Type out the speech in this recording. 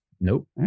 Nope